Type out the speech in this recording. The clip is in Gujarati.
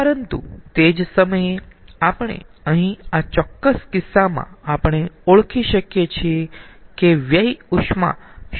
પરંતુ તે જ સમયે આપણે અહીં આ ચોક્કસ કિસ્સામાં આપણે ઓળખી શકીયે છીએ કે વ્યય ઉષ્મા શું છે